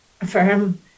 affirm